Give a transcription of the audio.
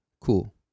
Cool